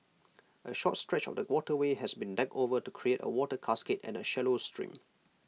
A short stretch of the waterway has been decked over to create A water cascade and A shallow stream